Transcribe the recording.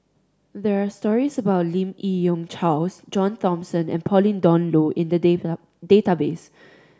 there are stories about Lim Yi Yong Charles John Thomson and Pauline Dawn Loh in the data database